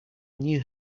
new